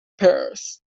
paris